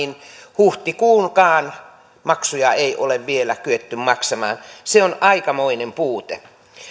huhtikuunkaan maksuja ei ole vielä kyetty maksamaan se on aikamoinen puute